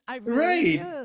Right